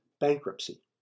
bankruptcy